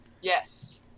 yes